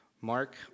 mark